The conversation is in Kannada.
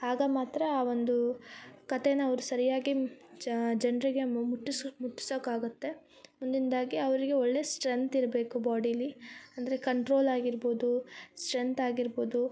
ಆಗ ಮಾತ್ರ ಆ ಒಂದು ಕತೆನ ಅವರು ಸರಿಯಾಗಿ ಜನರಿಗೆ ಮುಟ್ಟಿಸೋ ಮುಟಟ್ಟಿಸೋಕ್ಕಾಗುತ್ತೆ ಮುಂದಿಂದಾಗಿ ಅವರಿಗೆ ಒಳ್ಳೆ ಸ್ಟ್ರೆಂತ್ ಇರಬೇಕು ಬಾಡಿಲಿ ಅಂದರೆ ಕಂಟ್ರೋಲಾಗಿರ್ಬೋದು ಸ್ಟ್ರೆಂತಾಗಿರ್ಬೋದು